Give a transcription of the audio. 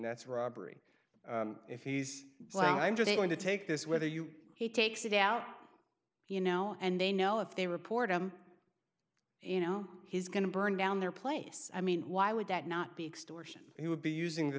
that's robbery if he's black i'm just going to take this whether you he takes it out you know and they know if they report him and know he's going to burn down their place i mean why would that not be extortion he would be using the